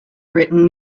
written